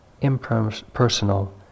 impersonal